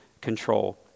control